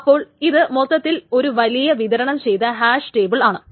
അപ്പോൾ ഇത് മൊത്തത്തിൽ ഒരു വലിയ വിതരണം ചെയ്ത ഹാഷ് ടേബിൾ ആണ്